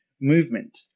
movement